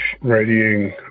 readying